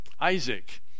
Isaac